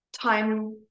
time